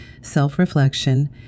self-reflection